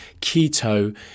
keto